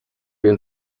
wiem